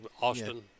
Austin